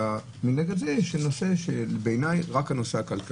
אלא נגד זה יש בעיניי רק את הנושא הכלכלי,